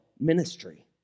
ministry